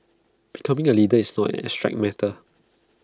becoming A leader is not an abstract matter